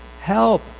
help